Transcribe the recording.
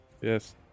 Yes